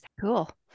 cool